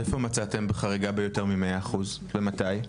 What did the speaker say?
איפה מצאתם חריגה ביותר ממאה אחוז ומתי?